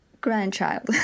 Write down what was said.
Grandchild